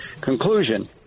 conclusion